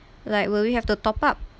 like will we have to top up